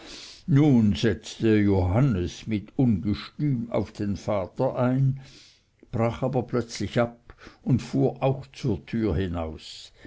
nun setzte johannes mit ungestüm auf den vater ein brach aber plötzlich ab und fuhr auch zur türe hinaus